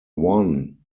won